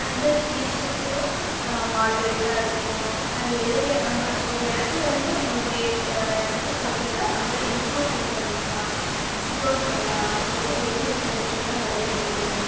and then fees ஸ்டக்ச்சரும் மாட்ரேட்டாக இருக்கும் அந்த ஏரியா நம்ம ஒரு இடத்துல இருந்து இன்னொரு இடத்துக்கு வந்துட்டால் நம்ம இம்ப்ரூவ்மெண்ட் பண்ணிக்கலாம் எக்ஸ்ப்ளோர் பண்ணலாம் நம்மளுக்கும் வெளியே இருக்கிற விஷயமெல்லாம் நிறையா தெரியும்